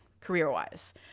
career-wise